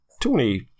Tony